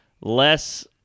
less